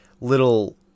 little